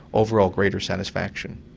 overall greater satisfaction.